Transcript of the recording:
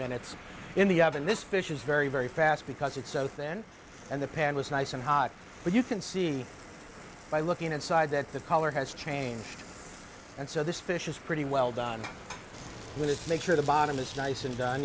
minutes in the oven this fish is very very fast because it's so thin and the pan was nice and hot but you can see by looking inside that the color has changed and so this fish is pretty well done with it make sure the bottom is nice and